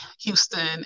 Houston